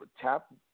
tap